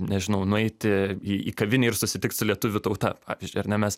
nežinau nueiti į į kavinę ir susitikt su lietuvių tauta ar ne mes